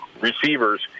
receivers